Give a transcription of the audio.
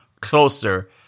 closer